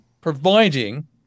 providing